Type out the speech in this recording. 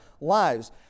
lives